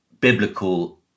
biblical